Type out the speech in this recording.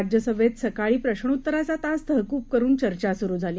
राज्यसभेतसकाळीप्रश्रोत्तराचातासतहकूबकरूनचर्चासुरुझाली